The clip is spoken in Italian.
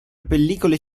pellicole